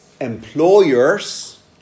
employers